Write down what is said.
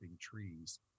trees